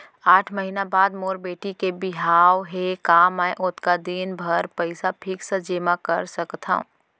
आठ महीना बाद मोर बेटी के बिहाव हे का मैं ओतका दिन भर पइसा फिक्स जेमा कर सकथव?